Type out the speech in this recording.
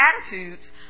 attitudes